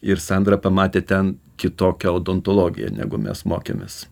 ir sandra pamatė ten kitokią odontologiją negu mes mokėmės